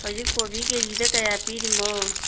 ꯍꯧꯖꯤꯛ ꯀꯣꯕꯤ ꯀꯦ ꯖꯤꯗ ꯀꯌꯥ ꯄꯤꯔꯤꯃꯣ